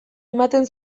ematen